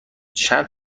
چند